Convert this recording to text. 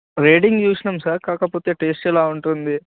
rating చూసినాము sir కాకపోతే taste ఎలా ఉంటుంది